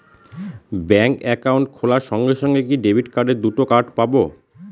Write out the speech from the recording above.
Bank account খোলার সঙ্গে সঙ্গে কি ডেবিট ক্রেডিট দুটো কার্ড পাবো?